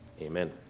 Amen